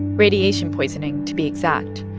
radiation poisoning, to be exact.